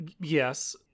Yes